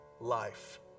life